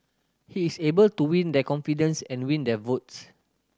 he is able to win their confidence and win their votes